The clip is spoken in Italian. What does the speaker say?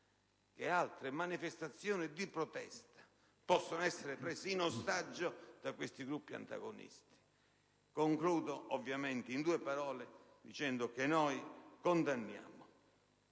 che altre manifestazioni di protesta possano essere prese in ostaggio da questi gruppi? Concludo in due parole, dicendo che condanniamo